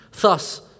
Thus